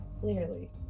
Clearly